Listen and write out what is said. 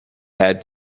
had